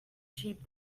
cheap